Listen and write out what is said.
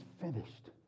finished